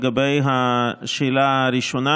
לגבי השאלה הראשונה